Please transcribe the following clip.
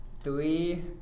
three